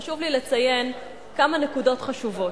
חשוב לי לציין כמה נקודות חשובות.